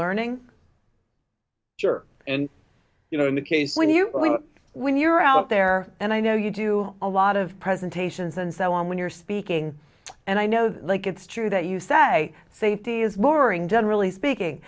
learning sure and you know in the case when you when you're out there and i know you do a lot of presentations and so on when you're speaking and i know that like it's true that you say safety is boring generally speaking